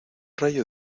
rayo